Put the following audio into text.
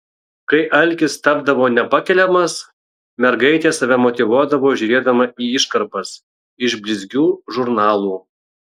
kai alkis tapdavo nepakeliamas mergaitė save motyvuodavo žiūrėdama į iškarpas iš blizgių žurnalų